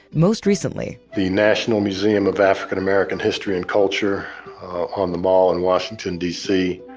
most recently the national museum of african american history and culture on the mall in washington, d c,